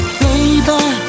baby